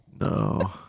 No